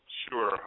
sure